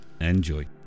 Enjoy